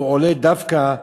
עולה דווקא,